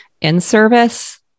in-service